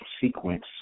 sequence